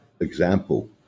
example